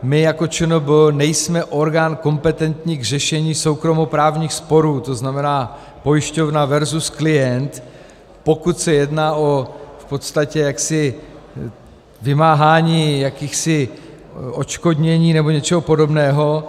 My jako ČNB nejsme orgán kompetentní k řešení soukromoprávních sporů, to znamená pojišťovna versus klient, pokud se jedná v podstatě o vymáhání jakýchsi odškodnění nebo něčeho podobného.